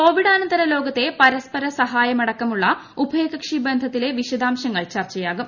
കോവിഡാനന്തര ലോകത്തെ പരസ്പരസഹായമടക്കമുള്ള ഉഭയകക്ഷി ബന്ധത്തിലെ വിശദാംശങ്ങൾ ചർച്ചയാകും